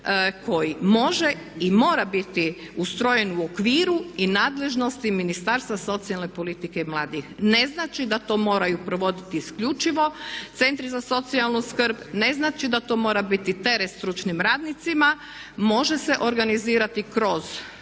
koji može i mora biti ustrojen u okviru i nadležnosti Ministarstva socijalne politike i mladih. Ne znači da to moraju provoditi isključivo centri za socijalnu skrb, ne znači da to mora biti teret stručnim radnicima, može se organizirati kroz